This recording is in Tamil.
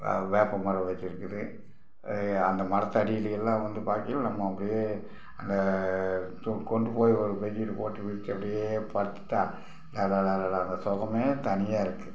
வே வேப்பமரம் வச்சுருக்குது அந்த மரத்து அடியிலேயே எல்லாம் வந்து பார்க்கையிலே நம்ம அப்படியே அந்த கொண்டு போய் ஒரு வெளியில் போட்டு விரித்து அப்படியே படுத்துகிட்டா அடடடடடா அந்த சுகமே தனியாக இருக்கும்